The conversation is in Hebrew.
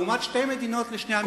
לעומת שתי מדינות לשני עמים,